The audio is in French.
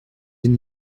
une